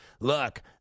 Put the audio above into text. Look